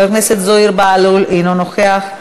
חבר הכנסת זוהיר בהלול, אינו נוכח.